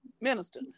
minister